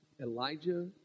Elijah